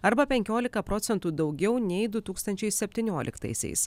arba penkiolika procentų daugiau nei du tūkstančiai septynioliktaisiais